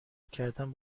کردن